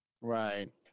right